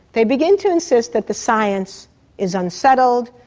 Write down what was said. they begin to insist that the science is unsettled,